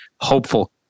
hopeful